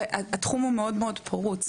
התחום הוא מאוד מאוד פרוץ,